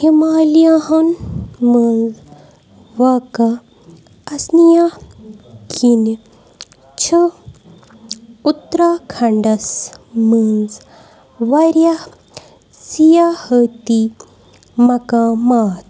ہِمالِیاہن منٛز واقع آسنِیا کِنہِ چھِ اُتراکھنڈس منٛز واریاہ سِیاحتی مقامات